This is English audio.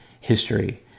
history